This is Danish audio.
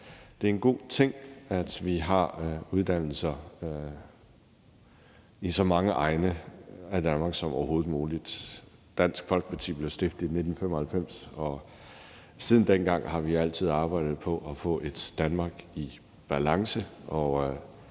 Det er en god ting, at vi har uddannelser i så mange egne af Danmark som overhovedet muligt. Dansk Folkeparti blev stiftet i 1995, og siden dengang har vi altid arbejdet på at få et Danmark i balance,